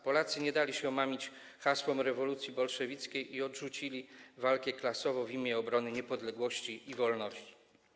Polacy nie dali się omamić hasłom rewolucji bolszewickiej i odrzucili walkę klasową w imię obrony niepodległości i wolności.